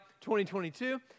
2022